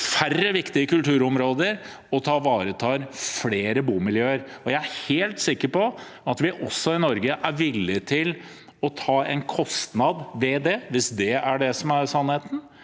færre viktige kulturområder og ivaretok flere bomiljøer. Jeg er helt sikker på at vi i Norge også er villige til å ta en kostnad ved det, hvis det er det som er sannheten,